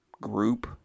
group